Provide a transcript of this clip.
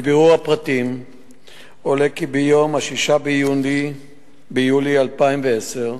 מבירור הפרטים עולה כי ב-6 ביולי 2010,